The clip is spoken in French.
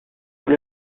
sous